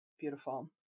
Beautiful